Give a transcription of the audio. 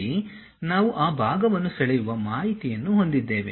ಇಲ್ಲಿ ನಾವು ಆ ಭಾಗವನ್ನು ಸೆಳೆಯುವ ಮಾಹಿತಿಯನ್ನು ಹೊಂದಿದ್ದೇವೆ